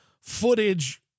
footage